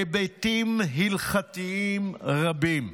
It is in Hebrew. היבטים הלכתיים רבים.